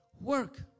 work